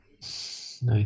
Nice